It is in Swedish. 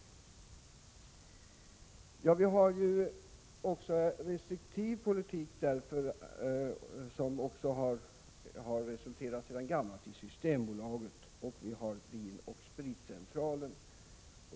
Vi för en restriktiv politik. Det innebär att vi har Systembolaget. Dessutom har vi Vin & Spritcentralen.